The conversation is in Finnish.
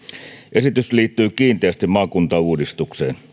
esitys liittyy kiinteästi maakuntauudistukseen